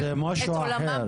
זה משהו אחר.